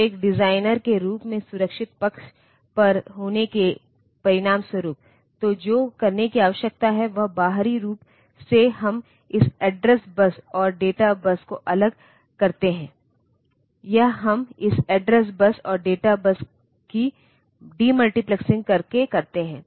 तो एक डिजाइनर के रूप में सुरक्षित पक्ष पर होने के परिणामस्वरूप तो जो करने की आवश्यकता है वह बाहरी रूप से हम इस एड्रेस बस और डेटा बस को अलग करते हैं यह हम इस एड्रेस बस और डेटा बस की डीमल्टीप्लेसिंग करके करते हैं